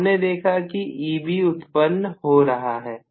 तो हमने देखा कि Eb उत्पन्न हो रहा है